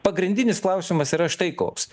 pagrindinis klausimas yra štai koks